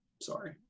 Sorry